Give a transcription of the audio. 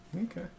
Okay